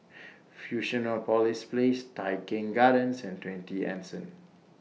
Fusionopolis Place Tai Keng Gardens and twenty Anson